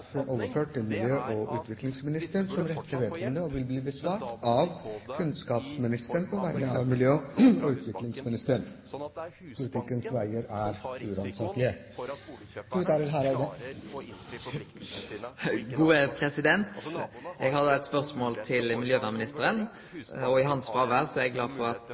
overført til miljø- og utviklingsministeren som rette vedkommende. Spørsmålet vil imidlertid bli besvart av kunnskapsministeren på vegne av miljø- og utviklingsministeren. – Politikkens veier er uransakelige. Eg har eit spørsmål til miljøvernministeren, og i hans fråvær er eg glad for at